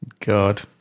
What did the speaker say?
God